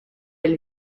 elle